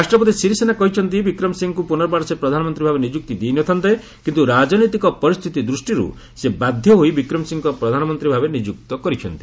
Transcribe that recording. ରାଷ୍ଟ୍ରପତି ସିରିସେନା କହିଛନ୍ତି ବିକ୍ରମ ସିଂହେଙ୍କୁ ପୁନର୍ବାର ସେ ପ୍ରଧାନମନ୍ତ୍ରୀ ଭାବେ ନିଯୁକ୍ତି ଦେଇନଥାନ୍ତେ କିନ୍ତୁ ରାଜନୈତିକ ପରିସ୍ଥିତି ଦୃଷ୍ଟିରୁ ସେ ବାଧ୍ୟ ହୋଇ ବିକ୍ରମ ସିଂହେଙ୍କୁ ପ୍ରଧାନମନ୍ତ୍ରୀ ଭାବେ ନିଯୁକ୍ତ କରିଛନ୍ତି